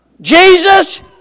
Jesus